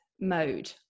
mode